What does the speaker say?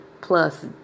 plus